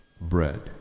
bread